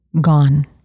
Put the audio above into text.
gone